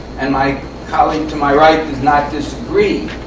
and my colleague to my right does not disagree,